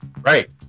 Right